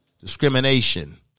Discrimination